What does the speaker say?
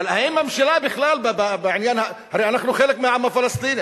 הרי אנחנו חלק מהעם הפלסטיני,